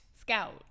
Scout